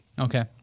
Okay